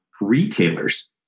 retailers